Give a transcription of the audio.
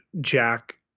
Jack